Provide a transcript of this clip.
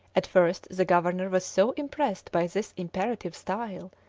at first the governor was so impressed by this imperative style,